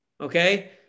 Okay